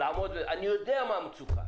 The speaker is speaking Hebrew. אני יודע מה המצוקה